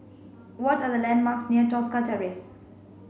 what are the landmarks near Tosca Terrace